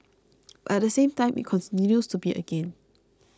but at the same time it continues to be a gain